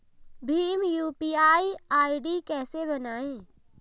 Bhim UPI ID कैसे बनाएं?